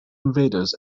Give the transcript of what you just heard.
invaders